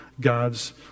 God's